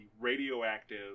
radioactive